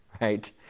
right